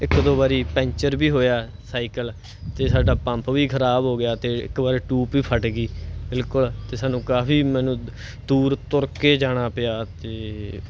ਇੱਕ ਦੋ ਵਾਰੀ ਪੈਂਚਰ ਵੀ ਹੋਇਆ ਸਾਈਕਲ ਅਤੇ ਸਾਡਾ ਪੰਪ ਵੀ ਖਰਾਬ ਹੋ ਗਿਆ ਅਤੇ ਇੱਕ ਵਾਰ ਟਿਊਬ ਵੀ ਫਟ ਗਈ ਬਿਲਕੁਲ ਅਤੇ ਸਾਨੂੰ ਕਾਫੀ ਮੈਨੂੰ ਦੂਰ ਤੁਰ ਕੇ ਜਾਣਾ ਪਿਆ ਅਤੇ